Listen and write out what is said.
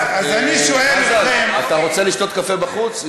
אז אני שואל אתכם, חזן, אתה רוצה לשתות קפה בחוץ?